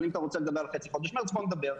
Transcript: אבל אם אתה רוצה לדבר על חצי חודש מרץ, בוא נדבר.